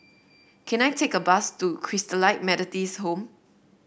can I take a bus to Christalite Methodist Home